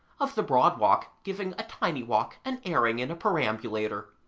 of the broad walk giving a tiny walk an airing in a perambulator.